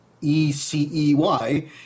E-C-E-Y